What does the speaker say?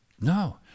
no